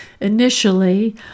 initially